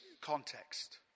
context